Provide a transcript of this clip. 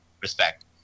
respect